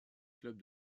club